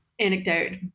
anecdote